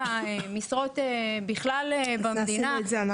המשרות בכלל במדינה -- את זה עשינו אנחנו.